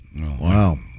Wow